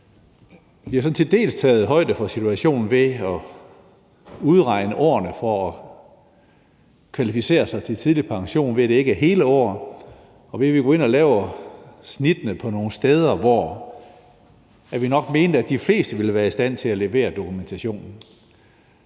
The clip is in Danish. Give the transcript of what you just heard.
sådan til dels taget højde for situationen ved at udregne årene for at kvalificere sig til tidlig pension sådan, at det ikke er hele år, og ved at vi går ind og lægger snitterne på nogle steder, hvor vi nok mente de fleste ville være i stand til at levere dokumentationen.